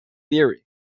theory